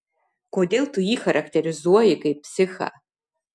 kodėl tu jį charakterizuoji kaip psichą